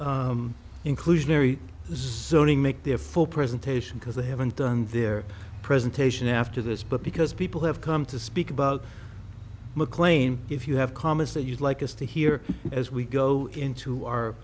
zoning make their full presentation because they haven't done their presentation after this but because people have come to speak about mclean if you have comments that you'd like us to hear as we go into our